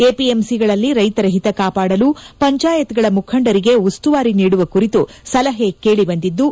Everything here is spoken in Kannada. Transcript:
ಎಪಿಎಂಸಿಗಳಲ್ಲಿ ರೈತರ ಹಿತ ಕಾಪಾಡಲು ಪಂಚಾಯತ್ಗಳ ಮುಖಂಡರಿಗೆ ಉಸ್ತುವಾರಿ ನೀಡುವ ಕುರಿತು ಸಲಹೆ ಕೇಳಿ ಬಂದಿದ್ದು